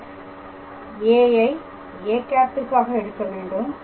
மற்றும் a ஐ â காக எடுக்க வேண்டும்